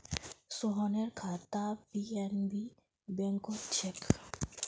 सोहनेर खाता पी.एन.बी बैंकत छेक